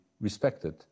respected